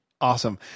Awesome